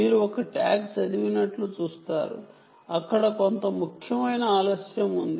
మీరు ఒక tag read చూస్తారు అక్కడ కొంత ముఖ్యమైన టైం డిలే ఉంది